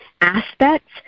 aspects